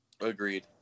agreed